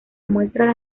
muestra